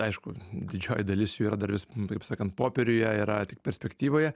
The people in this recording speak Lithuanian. aišku didžioji dalis jų yra dar vis taip sakant popieriuje yra tik perspektyvoje